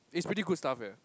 it's pretty good stuff eh